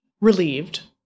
relieved